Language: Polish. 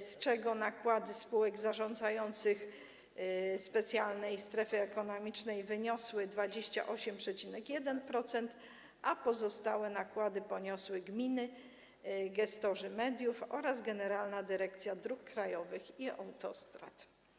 z czego nakłady spółek zarządzających w specjalnej strefie ekonomicznej wyniosły 28,1%, a pozostałe nakłady poniosły gminy, gestorzy mediów oraz Generalna Dyrekcja Dróg Krajowych i Autostrad.